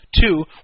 Two